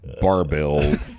barbell